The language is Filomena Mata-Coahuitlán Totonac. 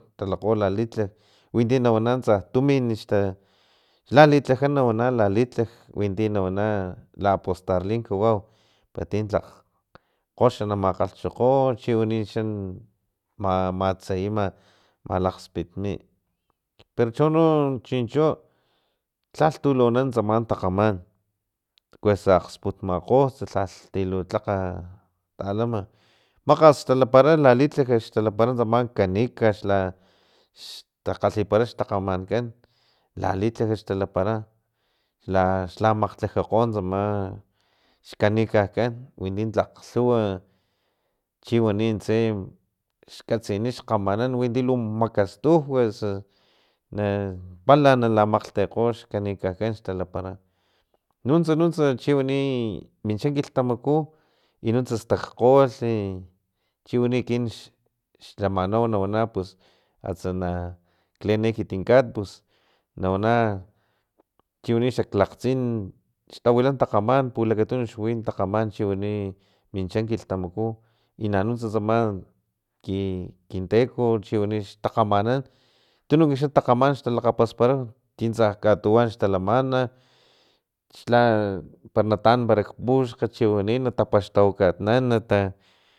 Talakgo lalitlaj winti nawana tsa tumin xta lalitlaja nawana litlaj winti nawana la apostarli kawau para ti tlakg kgox na makgalhchokgo chiwani xa ma matseyima malakgspitni pero chono chincho lhalhtu lu anan tsama takgaman kuasa akgspulkgolh lhalh ti lu tlakg talama makgas talapara lalitlaj xtalapara tsama kanika xla takgalhipara xtakgamanankan lalitlaj xtalapara xla xla makgtlajaparakgo tsama xcanica kan winti tlak lhuwa chiwani tse xkatsini xkgamanan winti lu makastuj osu na pala na lamakgtekgo xcanica kan xtalapara nuntsa nuntsa chiwani mincha kilhtamaku i nuntsa tsakgkgolh i chiwani ekinan xlamanau nawana pus atsana leen ekiti kat pus nawana chiwani xak lakgtsin xtawila takgaman man pulakatunu xwi takgaman chiwani mincha kilhtamaku i nanunts tsama ki kinteko chiwani xtakgamanan tununk xa xtakgaman xtalakgapaspara tintsa katuwan xtalamana xla para nataan para puxkg chi wani na tapax tawakatnan